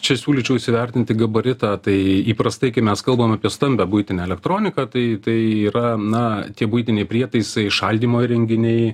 čia siūlyčiau įsivertinti gabaritą tai įprastai kai mes kalbam apie stambią buitinę elektroniką tai tai yra na tie buitiniai prietaisai šaldymo įrenginiai